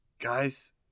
Guys